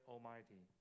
Almighty